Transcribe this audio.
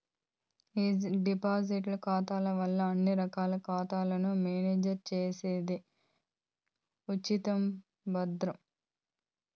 ఈ డిజిటల్ ఖాతాల వల్ల అన్ని రకాల ఖాతాలను మేనేజ్ చేసేది ఉచితం, భద్రం